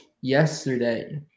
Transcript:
yesterday